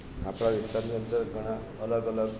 આપણા વિસ્તારની અંદર ઘણા અલગ અલગ